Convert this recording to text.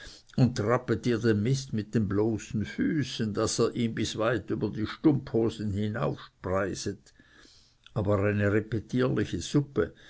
und trappet dir den mist mit den bloßen füßen daß er ihm bis weit über die stumphosen hinaufspreiset aber eine repetierliche suppe